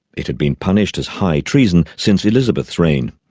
it had been punished as high treason since elizabeth's reign.